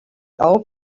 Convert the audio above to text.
old